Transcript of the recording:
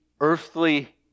earthly